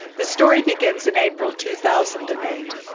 the story begins in april two thousand and eight.